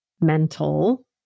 mental